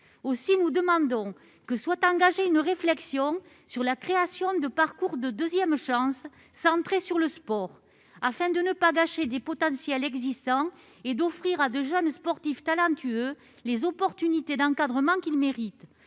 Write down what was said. Aussi, nous demandons que soit engagée une réflexion sur la création de parcours « deuxième chance par le sport », afin de ne pas gâcher des potentiels existants et d'offrir à de jeunes sportifs talentueux les opportunités d'encadrement qu'ils méritent.